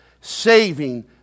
saving